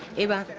eva!